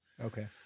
Okay